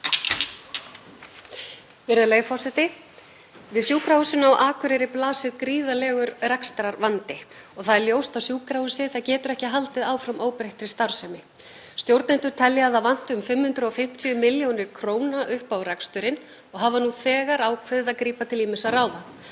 Við Sjúkrahúsinu á Akureyri blasir gríðarlegur rekstrarvandi og það er ljóst að sjúkrahúsið getur ekki haldið áfram óbreyttri starfsemi. Stjórnendur telja að það vanti um 550 millj. kr. upp á reksturinn og hafa nú þegar ákveðið að grípa til ýmissa ráða,